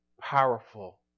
powerful